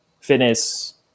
fitness